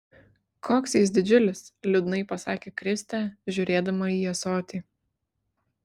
koks jis didžiulis liūdnai pasakė kristė žiūrėdama į ąsotį